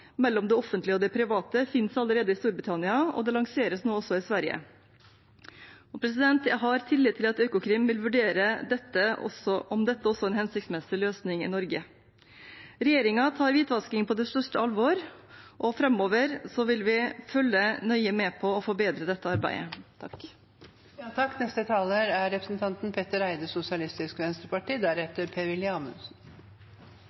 mellom det offentlige og det private finnes allerede i Storbritannia, og det lanseres nå også i Sverige. Jeg har tillit til at Økokrim vil vurdere om dette også er en hensiktsmessig løsning i Norge. Regjeringen tar hvitvasking på det største alvor, og framover vil vi følge nøye med på og forbedre dette arbeidet.